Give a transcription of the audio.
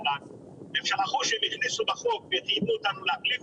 הם שכחו שהם הכניסו בחוק וחייבו אותנו להחליף